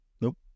Nope